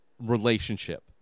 relationship